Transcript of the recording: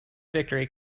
victory